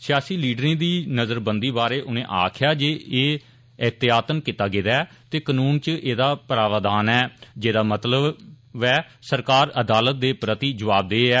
सियासी लीडरें दी नज़रबंदी बारे उनें आक्खेआ जे एह एहतेयातन कीता गेदा ऐ ते कनून च एह्दा प्रावधान ऐ जेह्दा मतलब ऐ सरकार अदालत दे प्रति जवाबदेह ऐ